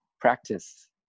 practice